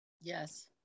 Yes